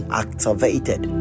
activated